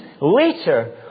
later